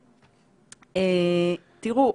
תראו,